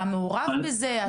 אתה עיינת בזה?